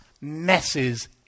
messes